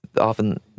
often